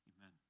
amen